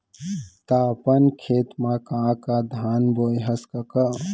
त अपन खेत म का का धान बोंए हस कका?